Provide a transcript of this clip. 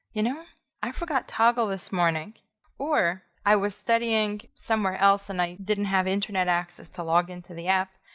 you know i forgot toggl this morning or i was studying somewhere else and i didn't have internet access to log into the app.